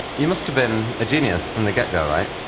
you must have been a genius from the get-go, right?